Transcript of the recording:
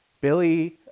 Billy